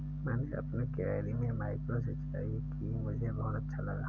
मैंने अपनी क्यारी में माइक्रो सिंचाई की मुझे बहुत अच्छा लगा